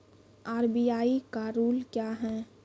RBI का rule क्या हैं?